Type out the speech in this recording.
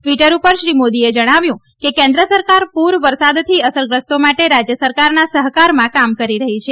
Twitter Shri શ્રી મોદીએ જણાવ્યું કે કેન્દ્ર સરકાર પૂર વરસાદથી અસરગ્રસ્તો માટે રાજ્ય સરકારના સહકારમાં કામ કરી રહી છે